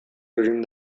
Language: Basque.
egin